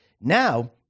Now